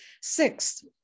Sixth